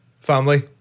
family